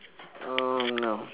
no no